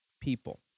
people